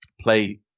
play